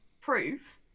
proof